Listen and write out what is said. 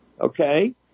okay